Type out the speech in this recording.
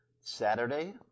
Saturday